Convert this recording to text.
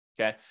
okay